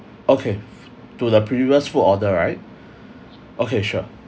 okay to the previous food order right okay sure